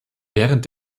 während